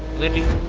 living